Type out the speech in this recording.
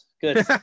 good